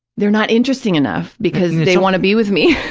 they're not interesting enough because they want to be with me.